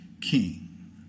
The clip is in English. king